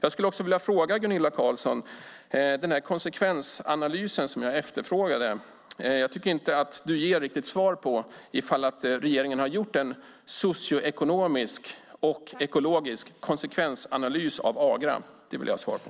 Jag efterfrågade en konsekvensanalys, men tycker inte att Gunilla Carlsson riktigt ger svar på om regeringen har gjort en socioekonomisk och ekologisk konsekvensanalys av Agra. Detta vill jag ha svar på.